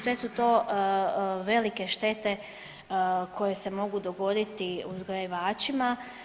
Sve su to velike štete koje se mogu dogoditi uzgajivačima.